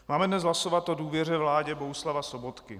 Máme dnes hlasovat o důvěře vládě Bohuslava Sobotky.